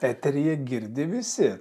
eteryje girdi visi